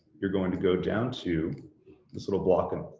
you're going to go down to this little block and.